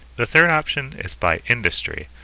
the third option is by industry,